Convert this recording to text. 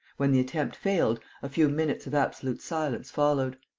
when the attempt failed, a few minutes of absolute silence followed.